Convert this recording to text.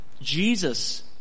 Jesus